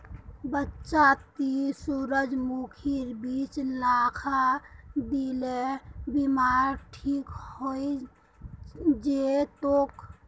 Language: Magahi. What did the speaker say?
चच्चा ती सूरजमुखीर बीज ला खा, दिलेर बीमारी ठीक हइ जै तोक